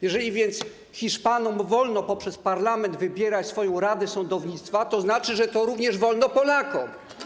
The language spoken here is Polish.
Jeżeli więc Hiszpanom wolno poprzez parlament wybierać swoją radę sądownictwa, to znaczy, że to również wolno Polakom.